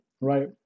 right